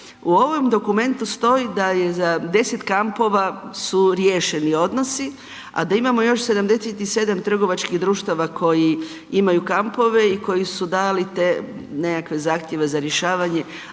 U ovom dokumentu stoji da je za 10 kampova su riješeni odnosi, a da imamo još 77 trgovačkih društava koji imaju kampove i koji su dali nekakve zahtjeve za rješavanje,